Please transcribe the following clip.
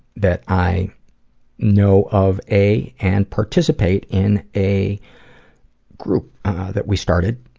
that i know of a, and participate in a group that we started,